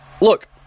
Look